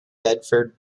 bedford